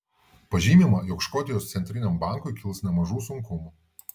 pažymima jog škotijos centriniam bankui kils nemažų sunkumų